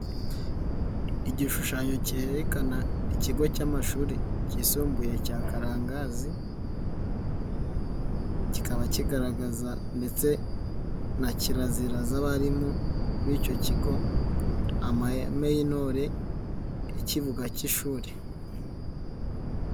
Igishushanyo cyerekana ikigo cy'amashuri yisumbuye cya karangazi, kikaba kigaragaza ndetse na kirazira z'abarimu b'icyo kigo, amahame y'intore, ikivugo cy'ishuri.